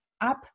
up